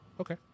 Okay